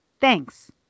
Thanks